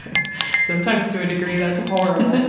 sometimes to a degree that's horrible,